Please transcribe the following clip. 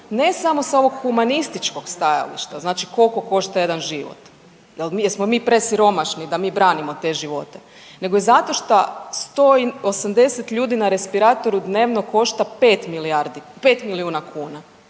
ne samo s ovog humanističkog stajališta znači koliko košta jedan život, jesmo mi presiromašni da mi branimo te živote. Nego zato što 180 ljudi na respiratoru dnevno košta 5 milijardi,